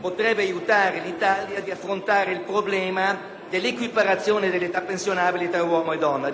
potrebbe aiutare l'Italia ad affrontare il problema dell'equiparazione dell'età pensionabile tra uomo e donna.